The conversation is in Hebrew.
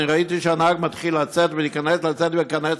אני ראיתי שהנהג מתחיל לצאת ולהיכנס ולצאת ולהיכנס,